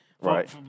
Right